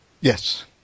Yes